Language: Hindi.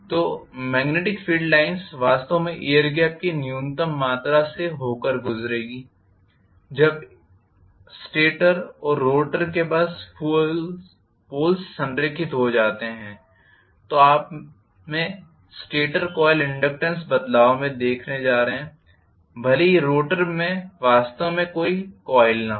तो मेग्नेटिक फील्ड लाइन्स वास्तव में एयर गेप की न्यूनतम मात्रा से होकर गुजरेगी जब स्टेटर और रोटर के पोल्स संरेखित हो जाते हैं तो आप में स्टेटर कॉइल इनडक्टेन्स बदलाव देखने जा रहे हैं भले ही रोटर में वास्तव में कोई कॉइल न हो